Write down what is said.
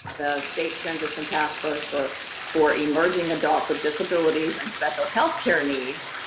state transition task force for for emerging adults with disabilities and special health care needs.